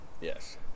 Yes